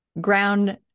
ground